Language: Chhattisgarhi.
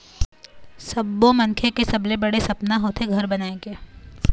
सब्बो मनखे के सबले बड़का सपना होथे घर बनाए के